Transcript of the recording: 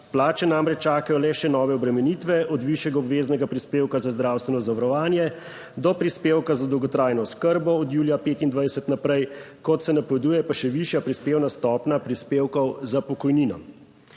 Plače namreč čakajo le še nove obremenitve, od višjega obveznega prispevka za zdravstveno zavarovanje do prispevka za dolgotrajno oskrbo od julija 2025 naprej, kot se napoveduje, pa še višja prispevna stopnja prispevkov za pokojnino.